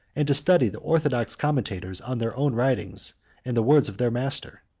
and to study the orthodox commentators on their own writings and the words of their master.